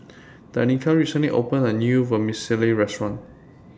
Danica recently opened A New Vermicelli Restaurant